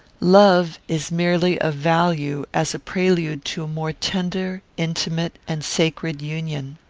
love is merely of value as a prelude to a more tender, intimate, and sacred union.